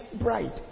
bride